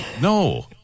no